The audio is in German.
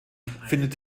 findet